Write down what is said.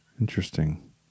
Interesting